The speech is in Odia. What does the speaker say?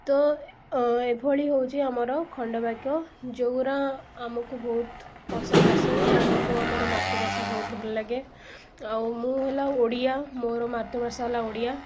ତ ଏଭଳି ହେଉଛି ଆମର ଖଣ୍ଡବାକ୍ୟ ଯୋଉରା ଆମର ବହୁତ ପସନ୍ଦ ଆସେ ଆମକୁ ଆମର ମାତୃଭାଷା ବହୁତ ଭଲଲାଗେ ଆଉ ମୁଁ ହେଲା ଓଡ଼ିଆ ମୋ ମାତୃଭାଷା ହେଲା ଓଡ଼ିଆ